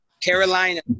Carolina